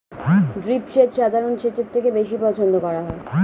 drip সেচ সাধারণ সেচের থেকে বেশি পছন্দ করা হয়